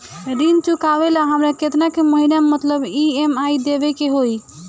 ऋण चुकावेला हमरा केतना के महीना मतलब ई.एम.आई देवे के होई?